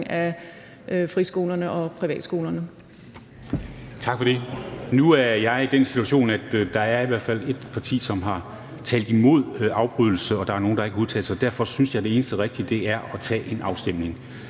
(Henrik Dam Kristensen): Tak for det. Nu er jeg i den situation, at der i hvert fald er ét parti, som har talt imod en afbrydelse, og at der er nogle, der ikke har udtalt sig. Derfor synes jeg, at det eneste rigtige er at tage en afstemning.